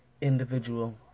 individual